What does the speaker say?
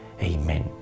amen